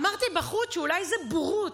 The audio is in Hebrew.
אמרתי בחוץ שאולי זו בורות,